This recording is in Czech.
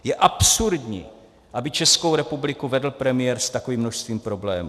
Je absurdní, aby Českou republiku vedl premiér s takovým množstvím problémů.